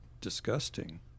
disgusting